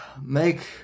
Make